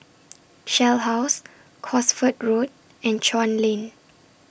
Shell House Cosford Road and Chuan Lane